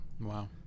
Wow